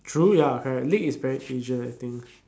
true ya correct league is very asian I think